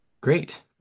great